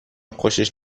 خوشش